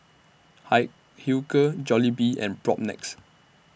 Hilker Jollibee and Propnex